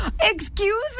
excuse